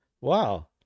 wow